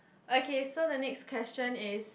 okay so the next question is